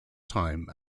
time